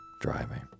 driving